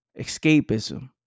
escapism